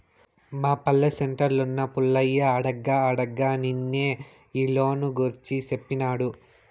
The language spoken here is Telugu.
మా పల్లె సెంటర్లున్న పుల్లయ్య అడగ్గా అడగ్గా నిన్నే ఈ లోను గూర్చి సేప్పినాడు